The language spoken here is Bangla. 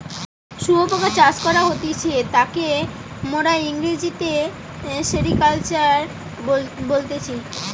শুয়োপোকা চাষ করা হতিছে তাকে মোরা ইংরেজিতে সেরিকালচার বলতেছি